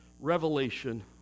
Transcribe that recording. revelation